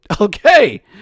Okay